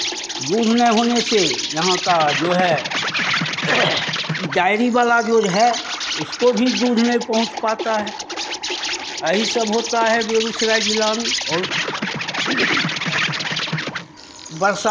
दूध ना होने से यहाँ का जो है डेयरी वाला जो है उसको भी दूध नहीं पहुँच पाता है ये सब होता है बेगूसराय जिला में और वर्षा